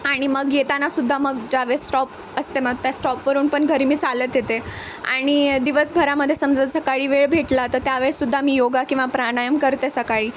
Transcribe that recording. आणि मग येताना सुद्धा मग ज्यावेळेस स्टॉप असते मग त्या स्टॉपवरून पण घरी मी चालत येते आणि दिवस घरामध्ये समजा सकाळी वेळ भेटला तर त्यावेळी सुद्धा मी योगा किंवा प्राणायाम करते सकाळी